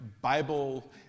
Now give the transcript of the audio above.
Bible